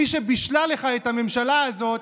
מי שבישלה לך את הממשלה הזאת,